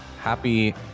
Happy